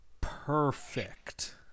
perfect